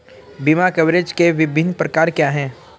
बीमा कवरेज के विभिन्न प्रकार क्या हैं?